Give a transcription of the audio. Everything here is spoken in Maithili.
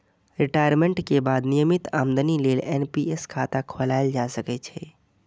रिटायमेंट के बाद नियमित आमदनी लेल एन.पी.एस खाता खोलाएल जा सकै छै